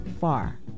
far